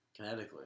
kinetically